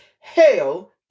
Hail